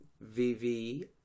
VV